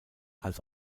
als